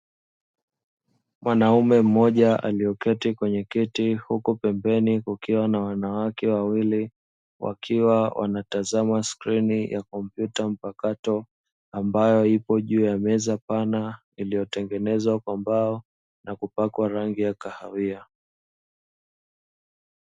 Mwanaume mmoja aliyeketi kwenye kiti, huku pembeni kukiwa na wanawake wawili, wakiwa wanatazama skrini ya kompyuta mpakato ambayo ipo juu ya meza pana iliyo tengenezwa kwa mbao na kupakwa rangi ya kahawia.